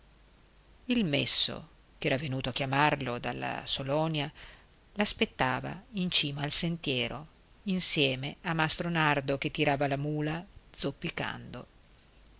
il messo ch'era venuto a chiamarlo dalla salonia l'aspettava in cima al sentiero insieme a mastro nardo che tirava la mula zoppicando